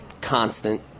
constant